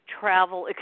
travel